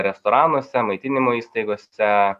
restoranuose maitinimo įstaigose